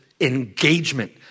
engagement